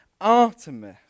Artemis